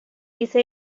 isso